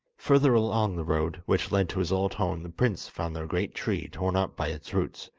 further along the road which led to his old home the prince found the great tree torn up by its roots,